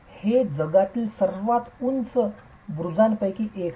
हे जगातील सर्वात उंच बुरुजांपैकी एक आहे